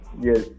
Yes